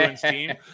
team